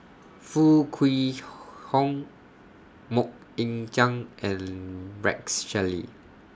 Foo Kwee Horng Mok Ying Jang and Rex Shelley